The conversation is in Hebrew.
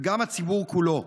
וגם לציבור כולו: